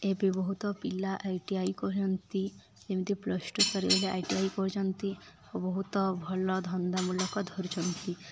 ଏବେ ବହୁତ ପିଲା ଆଇ ଟି ଆଇ କରୁଛନ୍ତି ଯେମିତି ପ୍ଲସ୍ ଟୁ ପରେ ଆଇ ଟି ଆଇ କରୁଛନ୍ତି ଓ ବହୁତ ଭଲ ଧନ୍ଦାମୂଳକ ଧରୁଛନ୍ତି